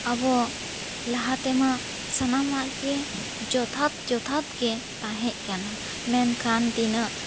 ᱟᱵᱚ ᱞᱟᱦᱟ ᱛᱮᱢᱟ ᱥᱟᱱᱟᱢᱟᱜ ᱜᱮ ᱡᱚᱛᱷᱟᱛ ᱡᱚᱛᱷᱟᱛ ᱜᱮ ᱛᱟᱦᱮᱫ ᱠᱟᱱᱟ ᱢᱮᱱᱠᱷᱟᱱ ᱛᱤᱱᱟᱹᱜ